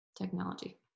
Technology